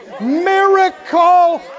miracle